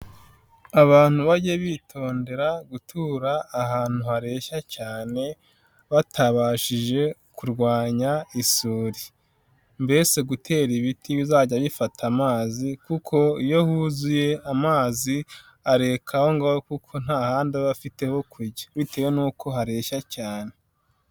Abantu bajye bitondera gutura ahantu hareshya cyane batabashije kurwanya isuri, mbese gutera ibiti bizajya bifata amazi kuko iyo huzuye amazi areka aho ngaho kuko nta handi aba afite hokujya bitewe n'uko hareshya cyane.